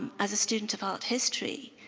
as a student of art history,